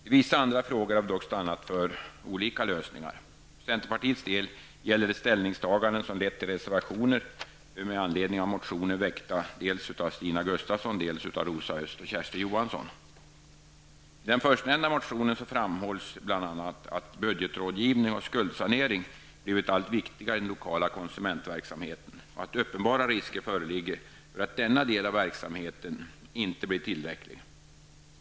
I vissa andra frågor har vi dock stannat för olika lösningar. För centerpartiets del gäller det ställningstagande som lett till reservationer med anledning av motioner väckta dels av Stina Gustavsson, dels av I den förstnämnda motionen framhålls bl.a. att budgetrådgivning och skuldsanering blivit allt viktigare i den lokala konsumentverksamheten och att uppenbara risker föreligger för att denna del av verksamheten inte blir tillräcklig.